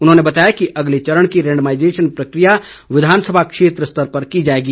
उन्होंने बताया कि अगले चरण की रेंडमाईजेशन प्रक्रिया विधानसभा क्षेत्र स्तर पर की जाएगी